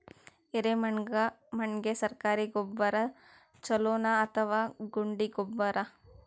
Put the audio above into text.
ಎರೆಮಣ್ ಗೆ ಸರ್ಕಾರಿ ಗೊಬ್ಬರ ಛೂಲೊ ನಾ ಅಥವಾ ಗುಂಡಿ ಗೊಬ್ಬರ?